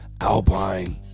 Alpine